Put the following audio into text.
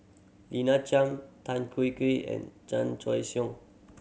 Lina Chiam Tan Kian Kian and Chan